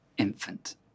infant